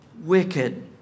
wicked